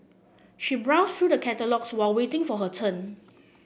she browsed through the catalogues while waiting for her turn